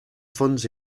funds